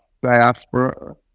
diaspora